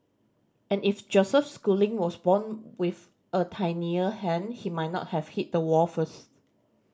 and if Joseph Schooling was born with a tinier hand he might not have hit the wall first